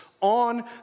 on